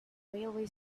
railway